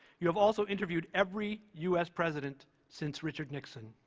you have also interviewed every u s. president since richard nixon.